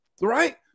Right